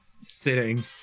sitting